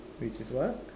which is what